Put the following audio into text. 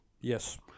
Yes